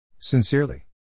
Sincerely